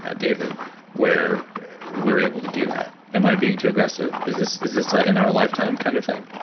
ah david where we're able to do that. am i being too aggressive? is this is this ah in our lifetime kind of thing?